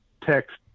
text